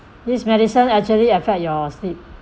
this medicine actually affect your sleep